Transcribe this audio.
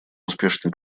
успешной